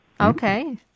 Okay